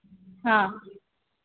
हाँ